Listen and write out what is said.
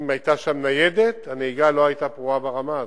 אם היתה שם ניידת הנהיגה לא היתה פרועה ברמה הזאת.